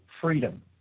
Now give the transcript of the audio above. freedom